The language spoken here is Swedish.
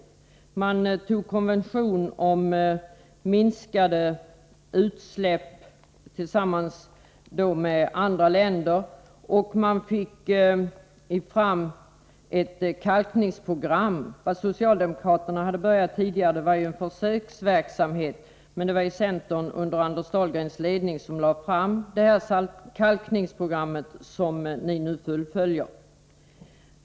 Tillsammans med andra länder antog Sverige en konvention om minskade utsläpp, och vi fick fram ett kalkningsprogram. Socialdemokraterna hade påbörjat en försöksverksamhet, men det var centern under Anders Dahlgrens ledning som lade fram kalkningsprogrammet som ni nu fullföljer.